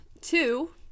Two